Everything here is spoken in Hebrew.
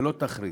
ולא תכריז,